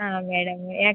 ಹಾಂ ಮೇಡಮ್ ಯಾಕೆ